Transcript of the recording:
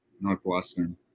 Northwestern